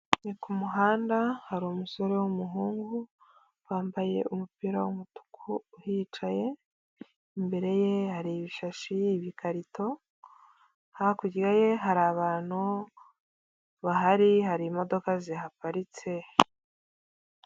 Ni ku muhanda hari umusore w'umuhungu, wambaye umupira w'umutuku uhicaye, imbere ye hari ibishashi, ibikarito, hakurya ye hari abantu bahari, hari imodoka zihaparitse.